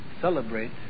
celebrate